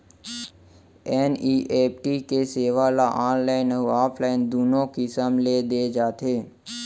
NEFT के सेवा ह ऑनलाइन अउ ऑफलाइन दूनो किसम ले दे जाथे